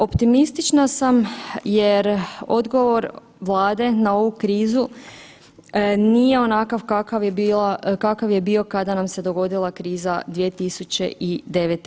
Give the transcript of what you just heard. Optimistična sam jer odgovor Vlade na ovu krizu nije onakav kakav je bio kada nam se dogodila kriza 2009.